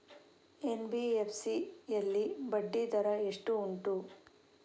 NBFC ಯಲ್ಲಿ ಬಡ್ಡಿ ದರ ಎಷ್ಟು ಉಂಟು?